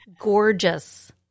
gorgeous